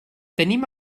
tenim